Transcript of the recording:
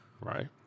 Right